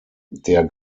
der